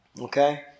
Okay